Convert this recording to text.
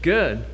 Good